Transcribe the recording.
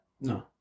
no